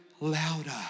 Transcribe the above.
louder